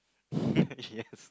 yes